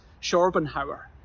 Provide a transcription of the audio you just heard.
Schorbenhauer